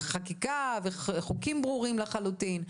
החקיקה וחוקים ברורים לחלוטין,